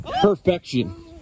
Perfection